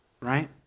Right